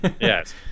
yes